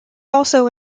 also